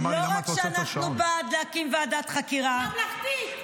אני עצרתי את הזמן.